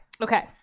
Okay